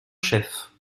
chef